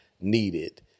needed